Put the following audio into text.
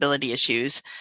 Issues